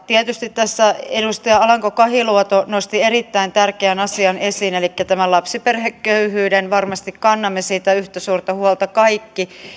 tietysti tässä edustaja alanko kahiluoto nosti erittäin tärkeän asian esiin elikkä tämän lapsiperheköyhyyden varmasti kannamme siitä yhtä suurta huolta kaikki